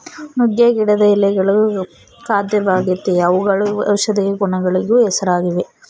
ನುಗ್ಗೆ ಗಿಡದ ಎಳೆಗಳು ಖಾದ್ಯವಾಗೆತೇ ಅವುಗಳು ಔಷದಿಯ ಗುಣಗಳಿಗೂ ಹೆಸರಾಗಿವೆ